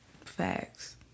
facts